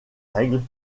règles